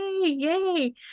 Yay